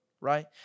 right